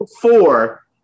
four